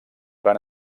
van